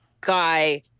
guy